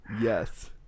yes